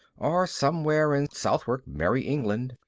or somewhere in southwark, merry england,